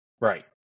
Right